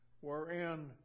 wherein